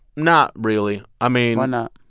not really. i mean. why not?